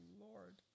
Lord